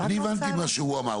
אני הבנתי מה שהוא אמר,